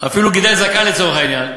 אפילו גידל זקן לצורך העניין.